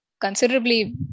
considerably